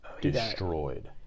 destroyed